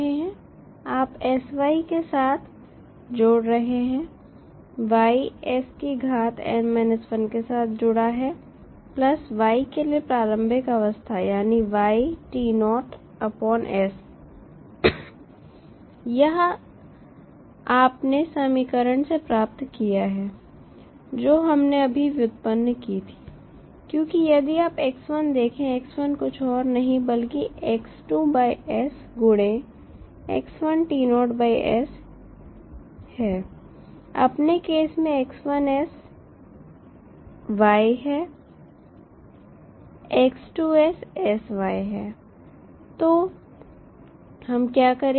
आप sy के साथ जोड़ रहे हैं y s की घात n 1 के साथ जुड़ा है प्लस y के लिए प्रारंभिक अवस्था यानी y t naught s यह आपने समीकरण से प्राप्त किया है जो हमने अभी व्युत्पन्न की थी क्योंकि यदि आप x1 देखें x1 कुछ और नहीं बल्कि x2s गुणे x1 t naughts अपने केस में x1s y है x2s sy है तो हम क्या करेंगे